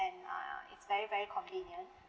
and uh it's very very convenient